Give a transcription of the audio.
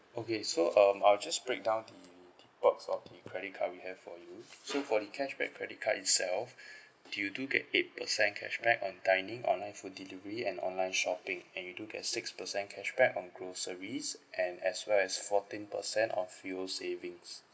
okay so um I will just break down the um the perks of the credit card we have for you so for the cashback credit card itself d~ you do get eight percent cashback on dining online food delivery and online shopping and you do get six percent cashback on groceries and as well as fourteen percent of fuel savings